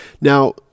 Now